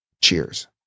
cheers